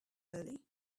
early